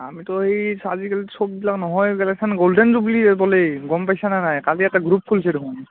আমিতো এই আজিকালি চববিলাক নোহোৱাই হৈ গেল এইখান গ'ল্ডেন জুৱলীয়েই বোলে গম পাইছানে নাই কালি এটা গ্ৰুপ খুলছে দেখোন